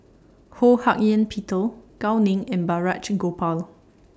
Ho Hak Ean Peter Gao Ning and Balraj Gopal